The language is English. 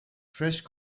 fresh